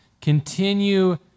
Continue